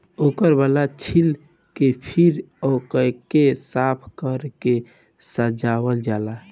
ओकर बाल छील के फिर ओइके साफ कर के सजावल जाला